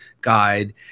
guide